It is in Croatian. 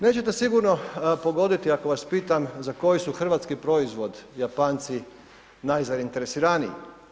Nećete sigurno pogoditi ako vas pitam za koji su hrvatski proizvod Japanci najzainteresiraniji.